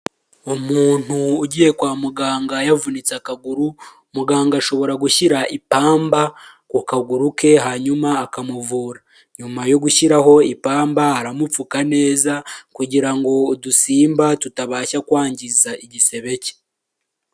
Umuntu ugiye kwa muganga yavunitse akaguru, muganga ashobora gushyira ipamba ku kaguru ke hanyuma akamuvura, nyuma yo gushyiraho ipamba aramupfuka neza kugira ngo ngo udusimba tutabasha kwangiza igisebe cye.